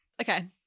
Okay